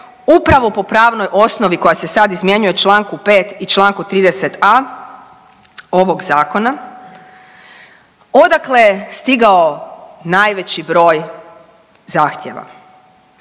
upravo po pravnoj osnovi koja se sad izmjenjuje u čl. 5. i u čl. 30.a ovog zakona odakle je stigao najveći broj zahtjeva,